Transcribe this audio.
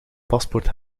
paspoort